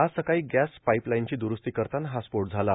आज सकाळी गॅस पाईपलाईनची दुरूस्ती करताना हा स्फोट झाला